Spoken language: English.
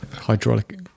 Hydraulic